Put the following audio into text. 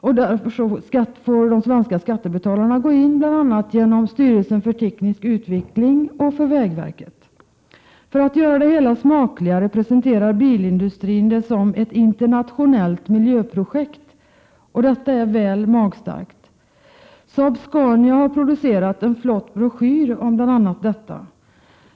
Därför får de svenska skattebetalarna gå in, bl.a. genom styrelsen för teknisk utveckling och genom vägverket. För att göra det hela smakligare presenterar bilindustrin det som ett internationellt miljöprojekt. Detta är väl magstarkt. Saab-Scania har producerat en flott broschyr om bl.a. detta.